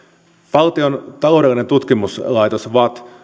valtion taloudellinen tutkimuskeskus vatt